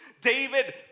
David